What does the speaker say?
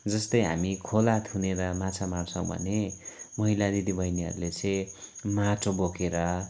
जस्तै हामी खोला थुनेर माछा मार्छौँ भने मैला दिदी बहिनीहरूले चाहिँ माटो बोकेर